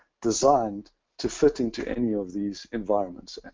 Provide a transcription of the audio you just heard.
designed to fit into any of these environments.